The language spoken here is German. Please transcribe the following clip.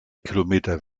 kilometer